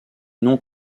non